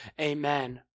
Amen